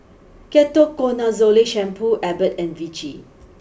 Ketoconazole Shampoo Abbott and Vichy